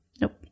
Nope